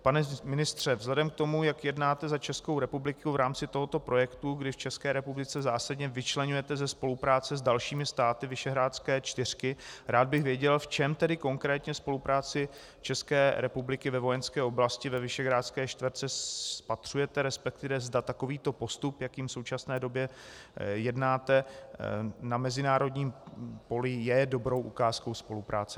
Pane ministře, vzhledem k tomu, jak jednáte za Českou republiku v rámci tohoto projektu, když v České republice zásadně vyčleňujete ze spolupráce s dalšími státy Visegrádské čtverky, rád bych věděl, v čem tedy konkrétně spolupráci České republiky ve vojenské oblasti ve Visegrádské čtverce spatřujete, respektive zda takovýto postup, jakým v současné době jednáte na mezinárodním poli, je dobrou ukázkou spolupráce.